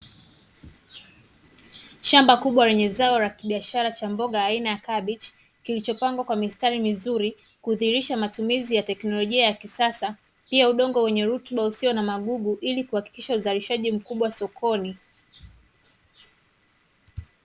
Shamba kubwa lenye zao la kibiashara cha mboga aina ya kabichi kilichopangwa kwa mistari mizuri kudhihirisha matumizi ya teknolojia ya kisasa pia udongo wenye rutuba usio na magugu ili kuhakikisha uzalishaji mkubwa sokoni.